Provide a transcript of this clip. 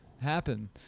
happen